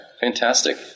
fantastic